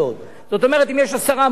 אנחנו יכולים לעבור עשרה סיבובים.